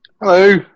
Hello